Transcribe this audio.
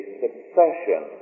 succession